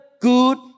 good